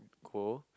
cool